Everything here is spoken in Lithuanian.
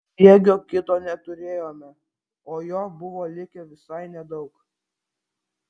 sriegio kito neturėjome o jo buvo likę visai nedaug